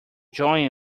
join